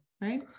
right